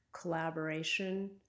collaboration